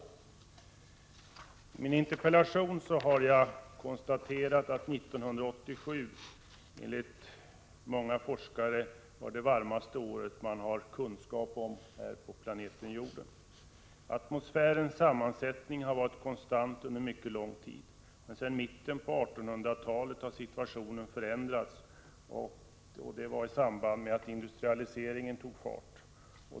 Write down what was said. I min interpellation har jag konstaterat att 1987 enligt många forskare var det varmaste året man har kunskap om på planeten jorden. Atmosfärens sammansättning har varit konstant under mycket lång tid, men sedan mitten av 1800-talet har situationen förändrats i samband med att industrialiseringen tog fart.